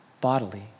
bodily